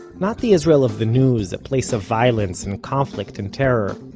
not the israel of the news a place of violence and conflict and terror.